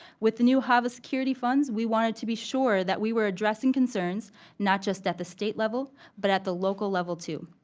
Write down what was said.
with the new hava security funds, we wanted to be sure that we were addressing concerns not just at the state level but at the local level too.